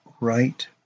right